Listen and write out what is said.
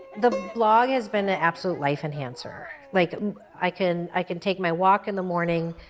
the blog has been an absolute life-enhancer. like i can i can take my walk in the morning,